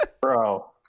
Bro